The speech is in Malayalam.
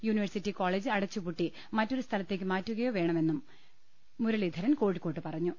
യൂണിവേഴ്സിറ്റി കോളജ് അട ച്ചുപൂട്ടി മറ്റൊരു സ്ഥലത്തേക്ക് മാറ്റുകയോ വേണമെന്നും മുരളീധരൻ കോഴിക്കോട്ട് പറഞ്ഞു